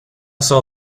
saw